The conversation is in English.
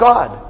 God